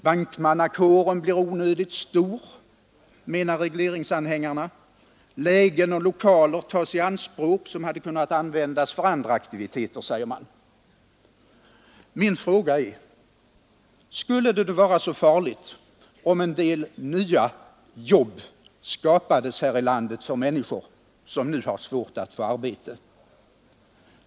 Bankmannakåren blir onödigt stor, menar regleringsanhängarna. Lägen och lokaler tas i anspråk, som hade kunnat användas för andra aktiviteter, säger man. Min fråga är: Är det då så farligt, om en del nya jobb skapas här i landet för människor som nu har svårt att få arbete?